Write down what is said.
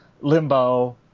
Limbo